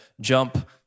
jump